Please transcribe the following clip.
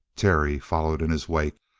terry followed in his wake,